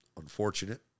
Unfortunate